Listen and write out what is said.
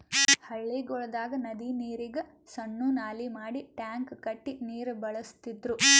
ಹಳ್ಳಿಗೊಳ್ದಾಗ್ ನದಿ ನೀರಿಗ್ ಸಣ್ಣು ನಾಲಿ ಮಾಡಿ ಟ್ಯಾಂಕ್ ಕಟ್ಟಿ ನೀರ್ ಬಳಸ್ತಿದ್ರು